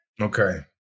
Okay